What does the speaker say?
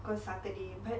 cause saturday but